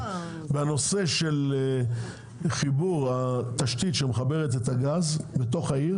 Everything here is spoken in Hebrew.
בנושא של חיבור התשתית שמחברת את הגז בתוך העיר,